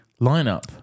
lineup